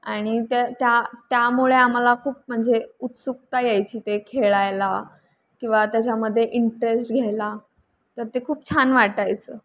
आणि त्या त्या त्यामुळे आम्हाला खूप म्हणजे उत्सुकता यायची ते खेळायला किंवा त्याच्यामध्ये इंटरेस्ट घ्यायला तर ते खूप छान वाटायचं